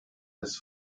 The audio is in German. des